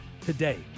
today